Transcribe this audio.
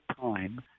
time